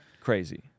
crazy